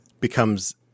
becomes